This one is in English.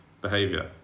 behavior